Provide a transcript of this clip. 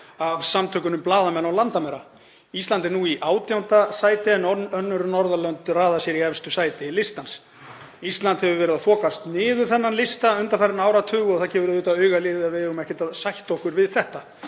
af samtökunum Blaðamenn án landamæra. Ísland er nú í 18. sæti en önnur Norðurlönd raða sér í efstu sæti listans. Ísland hefur verið að þokast niður þennan lista undanfarinn áratug og það gefur auðvitað augaleið að við eigum ekki að sætta okkur við þetta,